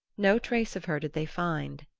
no trace of her did they find.